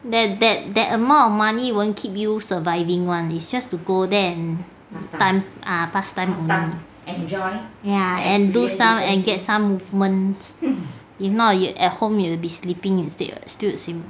that that that amount of money won't keep you surviving [one] is just to go there and ah past time only ya and do some and get some movement if not you at home you will be sleeping instead [what] still the same